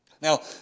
Now